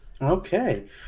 okay